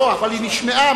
אבל היא נשמעה,